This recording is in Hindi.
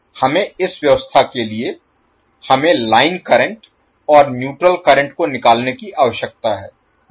हमें इस व्यवस्था के लिए हमें लाइन करंट और न्यूट्रल करंट को निकालने की आवश्यकता है जहां